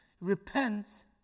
repents